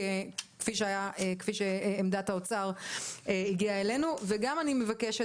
כפי שעמדת האוצר הגיעה אלינו וגם אני מבקשת